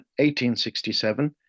1867